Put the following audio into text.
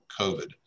COVID